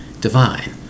divine